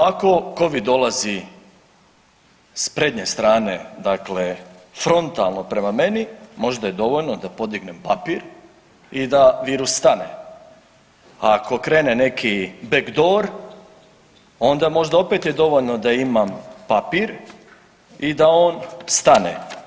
Ako covid dolazi s prednje strane, dakle frontalno prema meni možda je dovoljno da podignem papir i da virus stane, a ako krene neki back door onda možda opet je dovoljno da imam papir i da on stane.